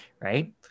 right